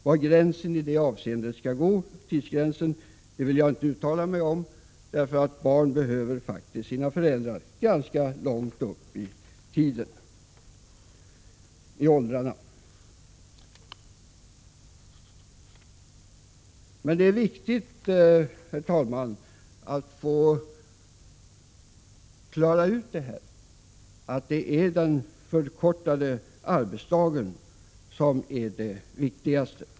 Var tidsgränsen i det avseendet skall gå vill jag inte uttala mig om, men barn behöver sina föräldrar ganska högt upp i åldrarna. Det måste vara klart att den förkortade arbetsdagen har företräde före kortare arbetsvecka och förlängd semester.